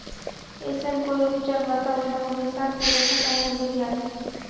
ऐसन कोई उपचार बताऊं जो हमेशा के लिए खत्म होबे जाए?